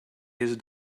his